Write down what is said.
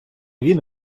він